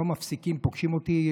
כשפוגשים אותי,